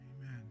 Amen